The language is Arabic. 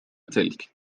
تلك